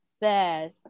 bad